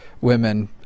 women